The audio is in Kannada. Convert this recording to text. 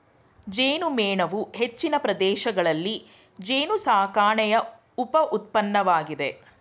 ಜೇನುಮೇಣವು ಹೆಚ್ಚಿನ ಪ್ರದೇಶಗಳಲ್ಲಿ ಜೇನುಸಾಕಣೆಯ ಉಪ ಉತ್ಪನ್ನವಾಗಿದೆ